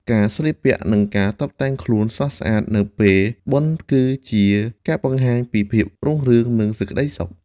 ការស្លៀកពាក់និងការតុបតែងខ្លួនស្រស់ស្អាតនៅពេលបុណ្យគឺជាការបង្ហាញពីភាពរុងរឿងនិងសេចក្ដីសុខ។